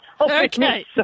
Okay